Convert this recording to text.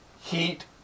heat